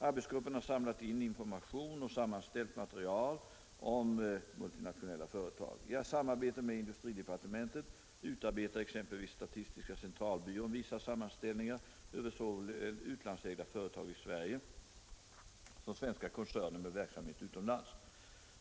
Arbetsgruppen har samlat in information och sammanställt material om MNF. I samarbete med industridepartementet utarbetar exempelvis statistiska centralbyrån vissa sammanställningar över såväl utlandsägda företag i Sverige som svenska koncerner med verksamhet utomlands.